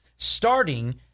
starting